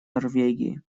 норвегии